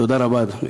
תודה רבה, אדוני.